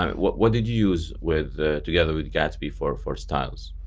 um what what did you use with together with gatsby for for styles?